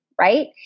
right